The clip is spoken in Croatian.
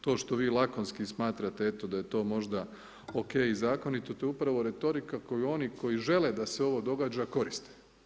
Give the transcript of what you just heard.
To što vi lakonski smatrate, eto da je to možda, ok i zakonito, to je upravo retorika koji oni, koji žele da se ovo događa koristi.